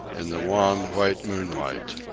in the wan white moonlight.